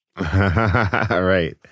Right